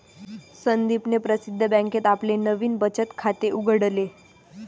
संदीपने प्रसिद्ध बँकेत आपले नवीन बचत खाते उघडले